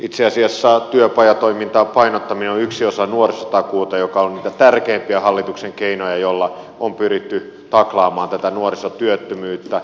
itse asiassa työpajatoimintaan painottaminen on yksi osa nuorisotakuuta joka on niitä tärkeimpiä hallituksen keinoja joilla on pyritty taklaamaan tätä nuorisotyöttömyyttä